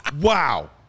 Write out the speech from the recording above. Wow